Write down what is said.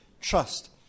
trust